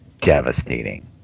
devastating